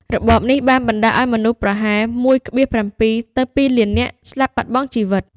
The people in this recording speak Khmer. របបនេះបានបណ្តាលឱ្យមនុស្សប្រហែល ១,៧ ទៅ ២ លាននាក់ស្លាប់បាត់បង់ជីវិត។